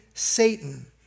Satan